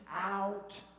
out